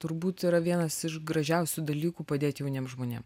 turbūt yra vienas iš gražiausių dalykų padėti jauniem žmonėm